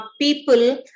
people